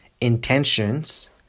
intentions